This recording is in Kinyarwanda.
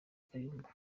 kayumba